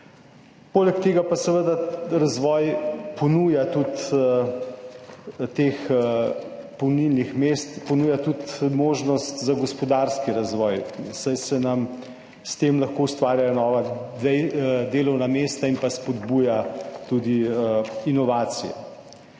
Poleg tega pa seveda razvoj teh polnilnih mest ponuja tudi možnost za gospodarski razvoj, saj se s tem lahko ustvarjajo nova delovna mesta in pa spodbujajo tudi inovacije.